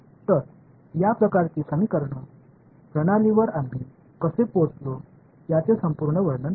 तर या प्रकारची समीकरण प्रणालीवर आम्ही कसे पोहोचलो याचे वर्णन पूर्ण करते